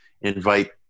invite